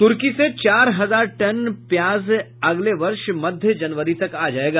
तूर्की से चार हजार टन प्याज अगले वर्ष मध्य जनवरी तक आ जायेगा